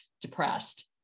depressed